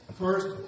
First